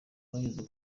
bageze